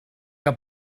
que